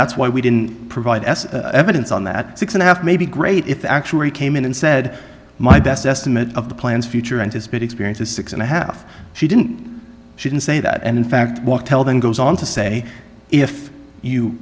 that's why we didn't provide any evidence on that six and a half maybe great if it actually came in and said my best estimate of the plans future anticipate experience is six and a half she didn't she didn't say that and in fact walk tell then goes on to say if you